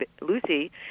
Lucy